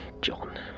John